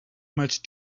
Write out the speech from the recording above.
much